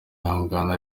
ihangane